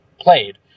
played